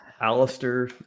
Alistair